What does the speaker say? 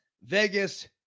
Vegas